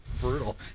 Brutal